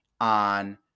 on